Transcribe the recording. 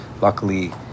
luckily